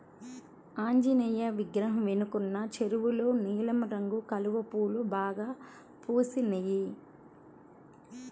ఆంజనేయ విగ్రహం వెనకున్న చెరువులో నీలం రంగు కలువ పూలు బాగా పూసినియ్